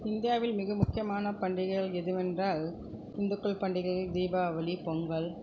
இந்தியாவில் மிக முக்கியமான பண்டிகை எதுவென்றால் இந்துக்கள் பண்டிகை தீபாவளி பொங்கல்